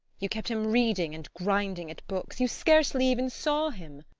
you kept him reading and grinding at books. you scarcely even saw him.